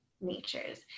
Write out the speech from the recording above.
natures